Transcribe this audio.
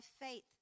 faith